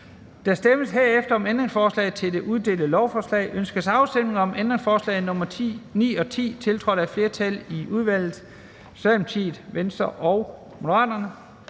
Der stemmes herefter om ændringsforslag til det udelte lovforslag. Ønskes afstemning om ændringsforslag nr. 9 og 10, tiltrådt af et flertal i udvalget (S, V og M)? De er